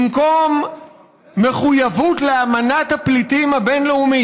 במקום מחויבות לאמנת הפליטים הבין-לאומית